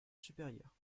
supérieur